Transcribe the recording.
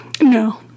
No